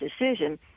decision